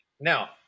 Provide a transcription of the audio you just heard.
Now